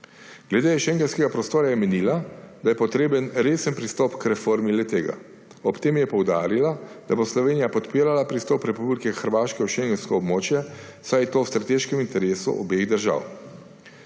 Glede šengenskega prostora je menila, da je potreben resen pristop k reformi le-tega. Ob tem je poudarila, da bo Slovenija podpirala pristop Republike Hrvaške v šengensko območje, saj je to v strateškem interesu obeh držav.